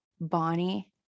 Bonnie